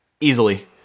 easily